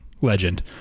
legend